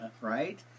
right